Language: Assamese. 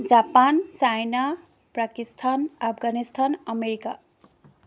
Japan China Pakistan Afghanistan America